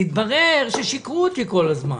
התברר ששיקרו אותי כל הזמן.